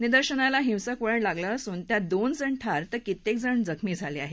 निदर्शनाला हिंसक वळण लागलं असून त्यात दोन जण ठार तर कित्येक जण जखमी झाले आहेत